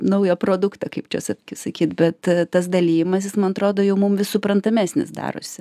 naują produktą kaip čia sak sakyt bet tas dalijimasis man atrodo jau mum vis suprantamesnis darosi